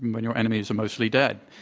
when your enemies are mostly dead.